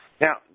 Now